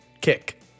Kick